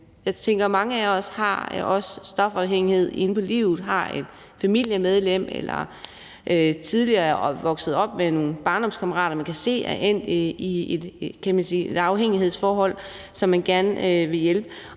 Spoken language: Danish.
Jeg tænker, at mange af os også har stofafhængighed inde på livet; har et familiemedlem eller er tidligere vokset op med nogle barndomskammerater, man kan se er endt i et afhængighedsforhold, og som man gerne vil hjælpe.